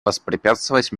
воспрепятствовать